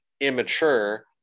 immature